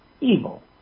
evil